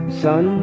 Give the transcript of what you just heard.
son